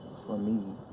for me.